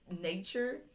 nature